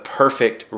perfect